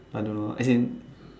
but I don't know at him